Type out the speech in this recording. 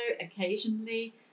occasionally